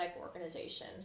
organization